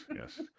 yes